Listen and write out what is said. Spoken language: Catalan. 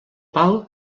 pal